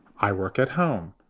i work at home,